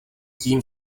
tím